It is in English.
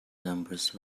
numbers